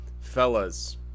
fellas